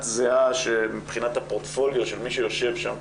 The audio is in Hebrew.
זהה מבחינת הפורטפוליו של מי שיושב שם,